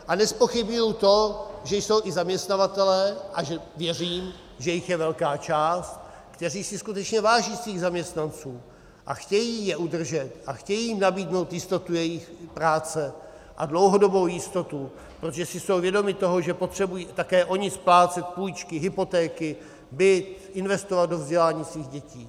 A nezpochybňuji to, že jsou i zaměstnavatelé, a věřím, že jich je velká část, kteří si skutečně váží svých zaměstnanců a chtějí je udržet a chtějí jim nabídnout jistotu jejich práce, a dlouhodobou jistotu, protože jsou si vědomi toho, že potřebují také oni splácet půjčky, hypotéky, byt, investovat do vzdělání svých dětí.